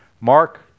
Mark